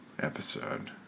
episode